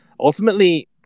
ultimately